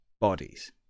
bodies